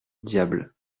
diable